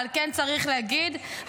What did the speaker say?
אבל כן צריך להגיד,